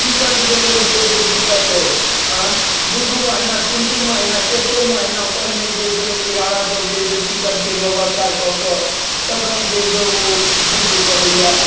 ticket कऽ लेल जे है से दिक्कत अछि दू दू महिना तीन तीन चारि चारि महिना पहिने जे है से नौकरीराहा सब जे है से टिकट के व्यवस्था कऽ कऽ तखन जे है से ओ बुक करैया